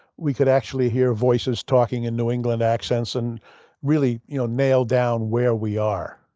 we could actually hear voices talking in new england accents and really you know nail down where we are?